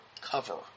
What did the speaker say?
cover